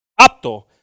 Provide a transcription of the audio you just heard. apto